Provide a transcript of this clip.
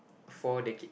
four decade